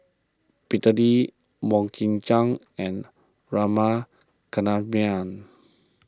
Peter Lee Mok King Jang and Rama Kannabiran